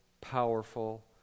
powerful